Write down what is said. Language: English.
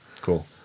Cool